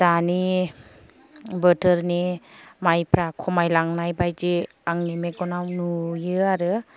दानि बोथोरनि मायफ्रा खमायलांनायबायदि आंनि मेगनाव नुयो आरो